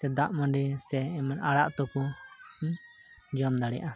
ᱥᱮ ᱫᱟᱜ ᱢᱟᱹᱰᱤ ᱥᱮ ᱮᱢᱟᱱ ᱩᱛᱩ ᱠᱚᱧ ᱡᱚᱢ ᱫᱟᱲᱮᱭᱟᱜᱼᱟ